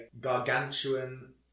gargantuan